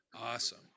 Awesome